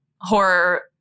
horror